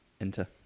enter